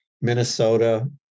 Minnesota